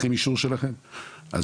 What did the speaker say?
אז